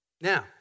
Now